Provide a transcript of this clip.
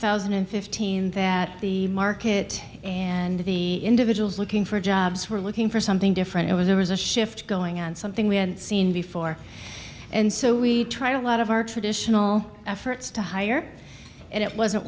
thousand and fifteen that the market and the individuals looking for jobs were looking for something different it was there was a shift going on something we hadn't seen before and so we tried a lot of our traditional efforts to hire and it wasn't